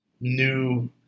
new